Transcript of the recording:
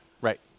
Right